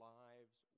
lives